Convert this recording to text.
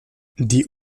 die